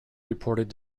reported